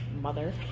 Mother